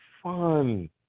Fun